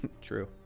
True